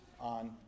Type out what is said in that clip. on